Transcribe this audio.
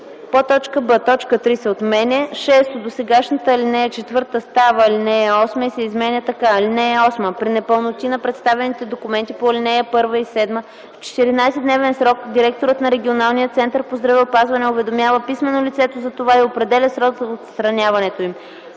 медицина”; б) точка 3 се отменя. 6. Досегашната ал. 4 става ал. 8 и се изменя така: „(8) При непълноти на представените документи по ал. 1 и 7, в 14-дневен срок, директорът на регионалния център по здравеопазване уведомява писмено лицето за това и определя срок за отстраняването им.”